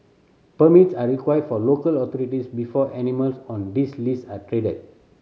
permits are required for local authorities before animals on this list are traded